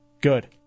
Good